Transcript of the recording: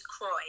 Croy